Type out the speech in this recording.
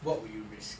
what would you risk